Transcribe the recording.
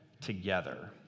together